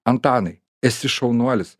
antanai esi šaunuolis